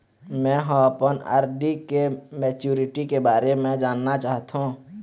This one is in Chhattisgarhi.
में ह अपन आर.डी के मैच्युरिटी के बारे में जानना चाहथों